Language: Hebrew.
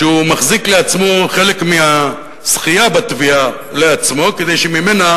שהוא מחזיק לעצמו חלק מהזכייה בתביעה כדי שממנה